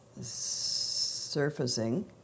surfacing